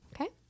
Okay